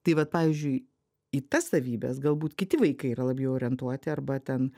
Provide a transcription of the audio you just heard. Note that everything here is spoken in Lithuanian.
tai vat pavyzdžiui į tas savybes galbūt kiti vaikai yra labiau orientuoti arba ten